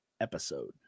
episode